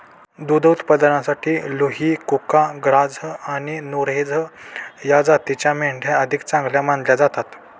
दुध उत्पादनासाठी लुही, कुका, ग्राझ आणि नुरेझ या जातींच्या मेंढ्या अधिक चांगल्या मानल्या जातात